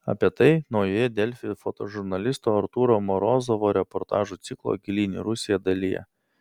apie tai naujoje delfi fotožurnalisto artūro morozovo reportažų ciklo gilyn į rusiją dalyje